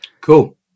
Cool